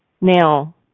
Now